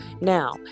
Now